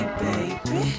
baby